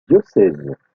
diocèses